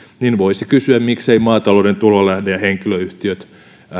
voisi kysyä mikseivät maatalouden tulolähde ja henkilöyhtiöt